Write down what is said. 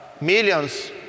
millions